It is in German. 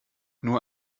nur